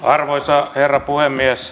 arvoisa herra puhemies